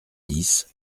dix